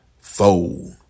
fold